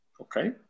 Okay